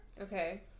Okay